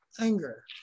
anger